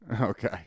okay